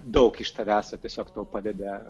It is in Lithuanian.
daug iš tavęs o tiesiog tau padeda